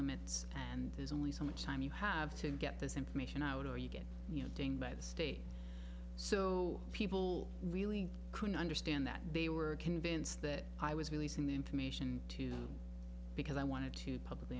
limits and there's only so much time you have to get this information out or you get you know dying by the state so people really couldn't understand that they were convinced that i was releasing the information to because i wanted to publicly